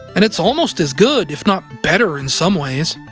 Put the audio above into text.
and it's almost as good, if not better in some ways.